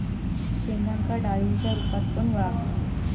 शेंगांका डाळींच्या रूपात पण वळाखतत